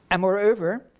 and moreover,